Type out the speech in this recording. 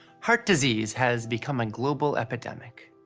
heart disease has become a global epidemic.